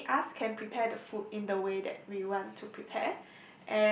only us can prepare the food in the way that we want to prepare